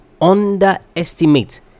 underestimate